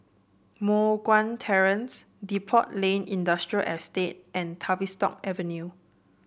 Moh Guan Terrace Depot Lane Industrial Estate and Tavistock Avenue